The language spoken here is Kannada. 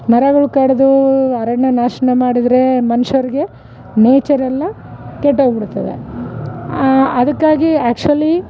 ಮರಗಳು ಕಡಿದು ಅರಣ್ಯ ನಾಷ್ಣ ಮಾಡಿದ್ರೆ ಮನುಷ್ಯರ್ಗೆ ನೇಚರ್ ಎಲ್ಲ ಕೆಟ್ಟೋಗಿಬಿಡುತ್ತವೆ ಅದಕ್ಕಾಗಿ ಆ್ಯಕ್ಚುಲಿ